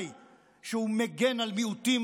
שהוא מגן על מיעוטים ועל יחידים.